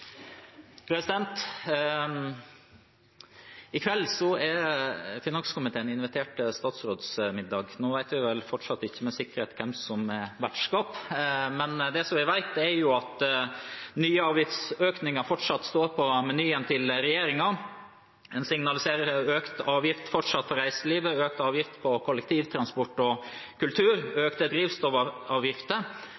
I kveld er finanskomiteen invitert til statsrådsmiddag. Vi vet vel fortsatt ikke med sikkerhet hvem som er vertskap, men det vi vet, er at nye avgiftsøkninger fortsatt står på menyen til regjeringen. En signaliserer fortsatt økt avgift for reiselivet, økt avgift på kollektivtransport og kultur,